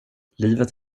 livet